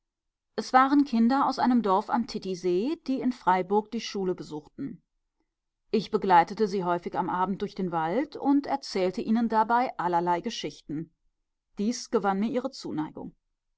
es waren kinder aus einem dorf am titisee die in freiburg die schule besuchten ich begleitete sie häufig am abend durch den wald und erzählte ihnen dabei allerlei geschichten dies gewann mir ihre zuneigung